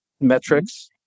metrics